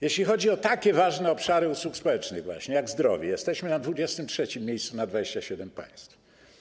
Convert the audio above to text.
Jeśli chodzi o tak ważne obszary usług społecznych jak zdrowie, jesteśmy na 23. miejscu na 27 państw.